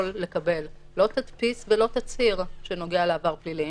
לקבל לא תדפיס ולא תצהיר שנוגע לעבר פלילי.